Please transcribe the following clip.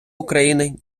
україни